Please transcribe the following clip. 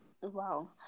Wow